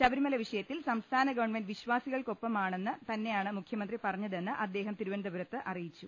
ശബരി മല വിഷയത്തിൽ സംസ്ഥാന ഗവൺമെന്റ് വിശ്വാസികൾക്കൊ പ്പമാണെന്ന് തന്നെയാണ് മുഖ്യമന്ത്രി പറഞ്ഞതെന്ന് അദ്ദേഹം തിരു വനന്തപുരത്ത് അറിയിച്ചു